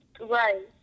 Right